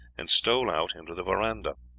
and stole out into the veranda.